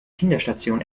kinderstation